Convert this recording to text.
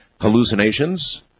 hallucinations